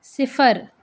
صفر